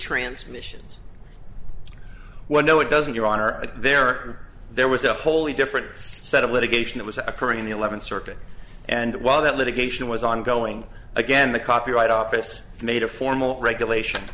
transmissions well no it doesn't your honor there are there was a wholly different set of litigation that was occurring in the eleventh circuit and while that litigation was ongoing again the copyright office made a formal regulation